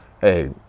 Hey